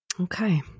Okay